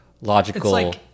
logical